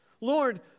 Lord